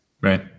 Right